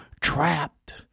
trapped